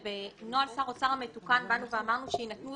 ובנוהל שר אוצר המתוקן אמרנו שיינתנו